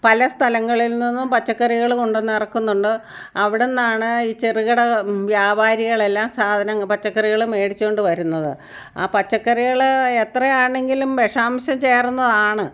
പല സ്ഥലങ്ങളിൽ നിന്നും പച്ചക്കറികൾ കൊണ്ടുവന്ന് ഇറക്കുന്നുണ്ട് അവിടെ നിന്നാണ് ഈ ചെറുകിട വ്യാപാരികൾ എല്ലാം സാധനങ്ങൾ പച്ചക്കറികൾ മേടിച്ചുകൊണ്ട് വരുന്നത് ആ പച്ചക്കറികൾ എത്രയാണെങ്കിലും വിഷാംശം ചേർന്നതാണ്